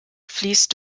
fließt